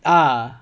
ah